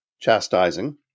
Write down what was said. chastising